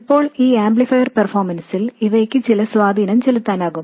ഇപ്പോൾ ആംപ്ലിഫയർ പെർഫോമൻസിൽ ഇവയ്ക് ചില സ്വാധീനം ചെലുത്താനാകും